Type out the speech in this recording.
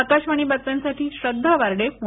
आकाशवाणी बातम्यांसाठी श्रद्धा वार्डे पुणे